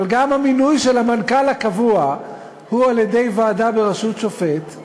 אבל גם המינוי של המנכ"ל הקבוע הוא על-ידי ועדה בראשות שופט.